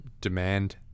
demand